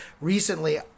Recently